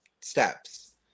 steps